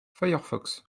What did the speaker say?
firefox